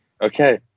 Okay